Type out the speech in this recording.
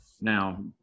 Now